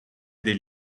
del